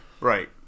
right